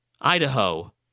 Idaho